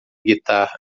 guitarra